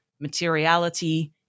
materiality